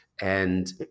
And-